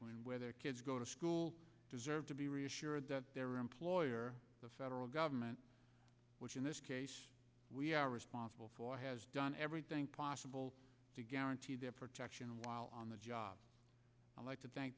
and where their kids go to school deserve to be reassured that their employer the federal government which in this case we are responsible for has done everything possible to guarantee their protection while on the job i'd like to thank